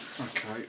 Okay